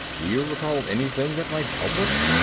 do you recall anything that might help us?